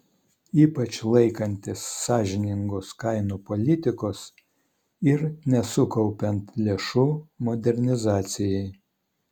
ypač laikantis sąžiningos kainų politikos ir nesukaupiant lėšų modernizacijai